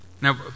Now